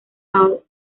out